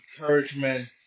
encouragement